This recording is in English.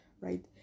Right